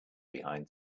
behind